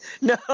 No